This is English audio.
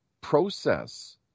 process